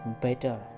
better